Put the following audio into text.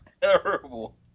terrible